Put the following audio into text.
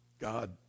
God